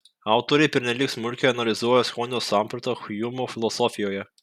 autoriai pernelyg smulkiai analizuoja skonio sampratą hjumo filosofijoje